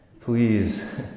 Please